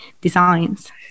designs